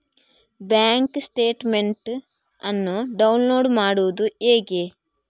Bank statement ಅನ್ನು download ಮಾಡುವುದು ಹೇಗೆ?